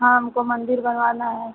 हाँ हमको मंदिर बनवाना है